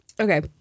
Okay